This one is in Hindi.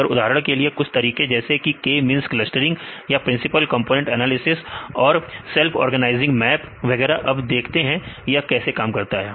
मगर उदाहरण के लिए कुछ तरीके जैसे कि k मिंस क्लस्टरिंग या प्रिंसिपल कॉम्पोनेंट एनालिसिस और सेल्फ ऑर्गेनाइजिंग मैप वगैरह अब देखते हैं यह कैसे काम करता है